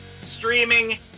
streaming